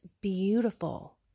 beautiful